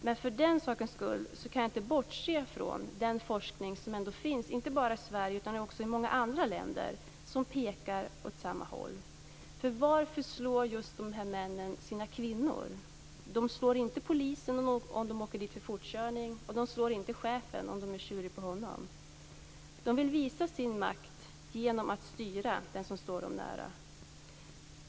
Men för den sakens skull kan jag inte bortse från den forskning som ändå finns, inte bara i Sverige utan också i många andra länder, och som pekar åt samma håll. Varför slår just de här männen sina kvinnor? De slår inte polisen om de åker dit för fortkörning, och de slår inte chefen om de är sura på honom. De vill visa sin makt genom att styra den som står dem nära.